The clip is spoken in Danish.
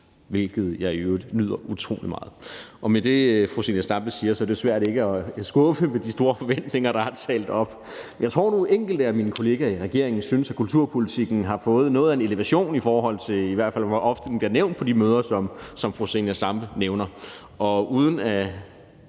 hvilket jeg i øvrigt nyder utrolig meget. Med det, fru Zenia Stampe siger, er det jo svært ikke at skuffe med de store forventninger, der er talt op. Jeg tror, nogle enkelte af mine kolleger i regeringen synes, at kulturpolitikken har fået noget af en elevation, i forhold til hvor ofte den bliver nævnt på de møder, som fru Zenia Stampe nævner. Nu